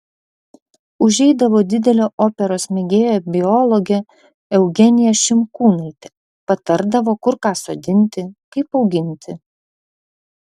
užeidavo didelė operos mėgėja biologė eugenija šimkūnaitė patardavo kur ką sodinti kaip auginti